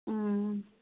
ꯎꯝ